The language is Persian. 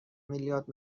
میلیارد